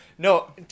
No